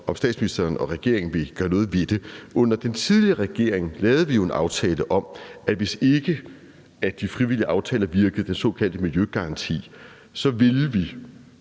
om statsministeren og regeringen vil gøre noget ved det. Under den tidligere regering lavede vi jo en aftale om, at hvis ikke de frivillige aftaler virkede – den såkaldte miljøgaranti – så ville vi